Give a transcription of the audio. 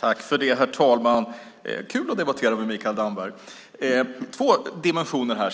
Herr talman! Det är kul att debattera med Mikael Damberg. Jag vill något kommentera två dimensioner.